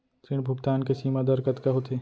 ऋण भुगतान के सीमा दर कतका होथे?